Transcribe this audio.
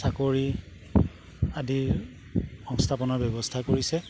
চাকৰি আদি সংস্থাপনৰ ব্যৱস্থা কৰিছে